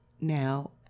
Now